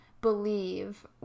believe